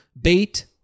bait